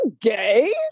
gay